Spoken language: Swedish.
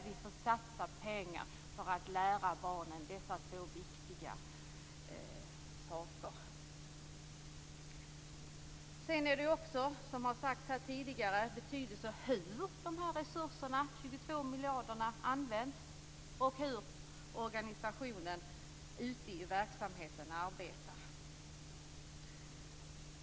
Vi måste satsa pengar för att lära barnen dessa två viktiga saker. Sedan är det, som har sagts här tidigare, också av betydelse hur dessa resurser - 22 miljarder - används och hur organisationen arbetar ute i verksamheten.